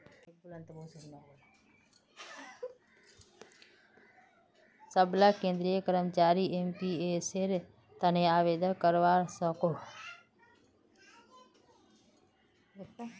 सबला केंद्रीय कर्मचारी एनपीएसेर तने आवेदन करवा सकोह